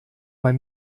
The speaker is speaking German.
mein